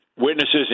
Witnesses